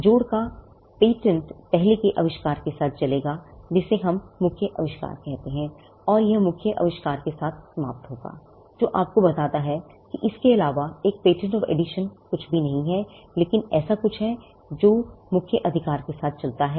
जोड़ का पेटेंट पहले के आविष्कार के साथ चलेगा जिसे हम मुख्य आविष्कार कहते हैं और यह मुख्य आविष्कार के साथ समाप्त होगा जो आपको बताता है कि इसके अलावा एक पेटेंट आफ़ एडिशन कुछ भी नहीं है लेकिन ऐसा कुछ है जो एक मुख्य आविष्कार के साथ चलता है